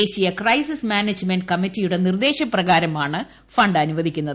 ദേശീയ crisis management കമ്മിറ്റിയുടെ ന്റിർദ്ദേശപ്രകാരമാണ് ഫണ്ട് അനുവദിക്കുന്നത്